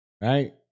right